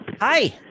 Hi